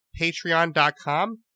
patreon.com